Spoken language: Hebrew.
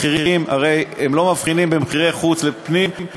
הרי הם לא מבחינים בין מחירי חוץ ופנים,